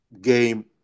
game